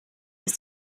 ist